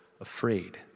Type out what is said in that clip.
afraid